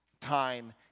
time